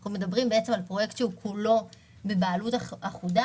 אנחנו מדברים על פרויקט שהוא כולו בבעלות אחודה,